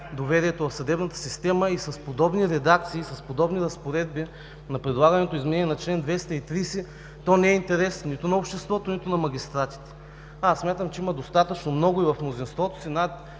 доверието в съдебната система и с подобни редакции, с подобни разпоредби на предлаганото изменение на чл. 230, то не е в интерес нито на обществото, нито на магистратите. Аз смятам, че има достатъчно много и в мнозинството си – над